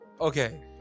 Okay